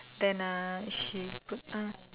then uh she go ah